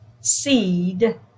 seed